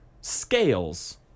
scales